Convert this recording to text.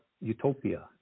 utopia